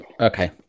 Okay